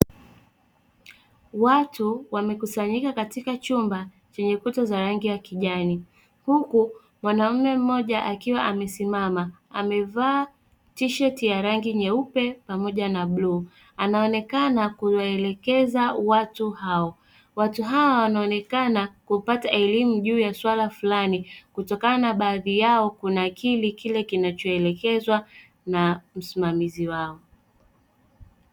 Watu wamekusanyika katika chumba chenye kuta za rangi ya kijani, huku mwanaume mmoja akiwa amesimama, amevaa tisheti ya rangi nyeupe pamoja na bluu, anaonekana kuwaelekeza watu hao. Watu hawa wanaonekana kupata elimu juu ya suala fulani, kutokana na baadhi yao kunakili kile kinachoelekezwa na msimamizi wao.